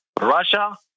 Russia